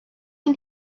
ein